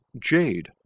Jade